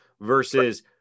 Versus